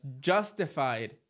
justified